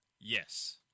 Yes